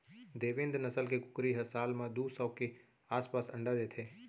देवेन्द नसल के कुकरी ह साल म दू सौ के आसपास अंडा देथे